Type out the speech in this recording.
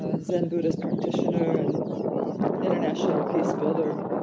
ah zen buddhist practitioner and international peace builder,